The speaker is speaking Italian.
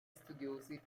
studiosi